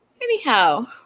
Anyhow